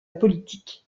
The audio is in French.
politique